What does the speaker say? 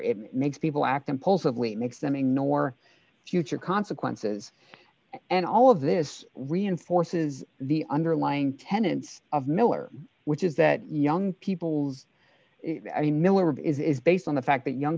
it makes people act impulsively makes them ignore future consequences and all of this reinforces the underlying tenants of miller which is that young people's miller of is based on the fact that young